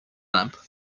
lamp